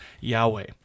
Yahweh